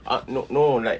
ah no no like